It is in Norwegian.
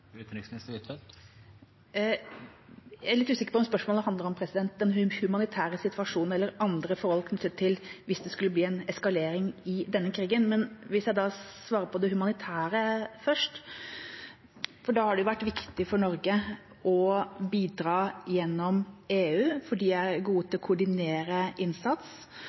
er litt usikker på om spørsmålet handler den humanitære situasjonen eller andre forhold knyttet til en eskalering i denne krigen. Men jeg vil svare på det som går på det humanitære først. Det har vært viktig for Norge å bidra gjennom EU, for de er gode til å koordinere innsats,